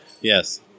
Yes